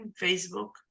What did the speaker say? Facebook